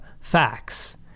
facts